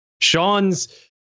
Sean's